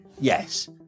Yes